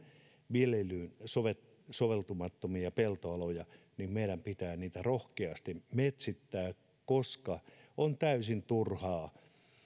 viljelyyn soveltumattomia soveltumattomia peltoaloja ja meidän pitää niitä rohkeasti metsittää koska on täysin turhaa